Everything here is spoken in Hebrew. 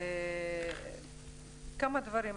כמה דברים.